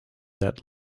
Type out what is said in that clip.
that